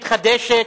מתחדשת,